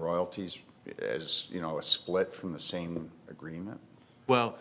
royalties as you know a split from the same agreement well